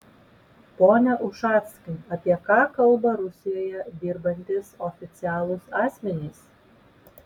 pone ušackai apie ką kalba rusijoje dirbantys oficialūs asmenys